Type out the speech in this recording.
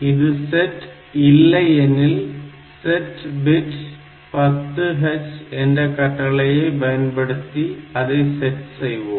இது செட் இல்லை எனில் set bit 10 H என்ற கட்டளையை பயன்படுத்தி அதை செட் செய்வோம்